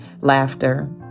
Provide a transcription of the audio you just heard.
laughter